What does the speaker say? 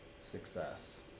success